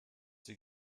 sie